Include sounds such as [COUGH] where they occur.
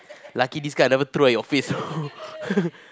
lucky this card I never throw at your face know [LAUGHS]